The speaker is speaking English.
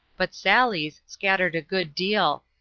but sally's scattered a good deal.